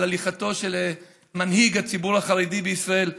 הליכתו של מנהיג הציבור החרדי בישראל הרב,